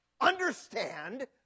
understand